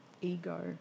ego